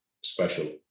special